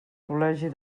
col·legi